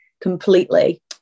completely